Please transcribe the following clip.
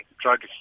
drug